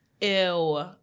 ew